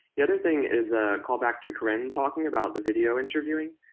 the other thing is a callback to corinne talking about the video interviewing.